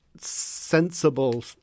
sensible